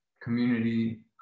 community